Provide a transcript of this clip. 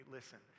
Listen